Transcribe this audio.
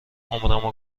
عمرمو